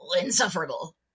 insufferable